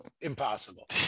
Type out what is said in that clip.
impossible